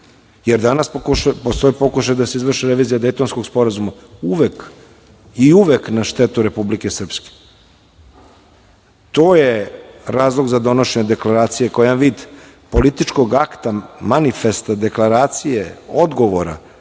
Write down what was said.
jer postoje pokušaji da se izvrše revizija Dejtonskog sporazuma i uvek na štetu Republike Srpske. To je razlog za donošenje deklaracije kao jedan vid političkog akta, manifesta deklaracije, odgovora